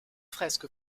fresque